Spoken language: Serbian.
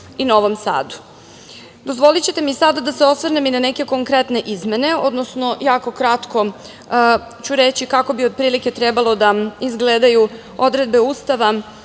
i Novom Sadu. Dozvolićete mi sada da se osvrnem na neke i konkretne izmene, odnosno, jako kratko ću reći kako bi otprilike trebalo da izgledaju odredbe Ustava,